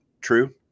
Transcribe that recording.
true